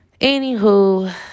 anywho